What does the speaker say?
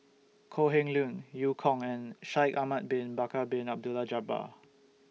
Kok Heng Leun EU Kong and Shaikh Ahmad Bin Bakar Bin Abdullah Jabbar